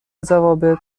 ضوابط